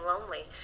lonely